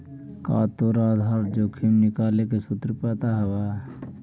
का तोरा आधार जोखिम निकाले के सूत्र पता हवऽ?